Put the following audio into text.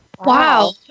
Wow